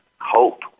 hope